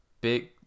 big